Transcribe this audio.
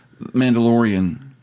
Mandalorian